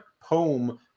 poem